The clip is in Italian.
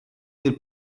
del